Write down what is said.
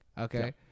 okay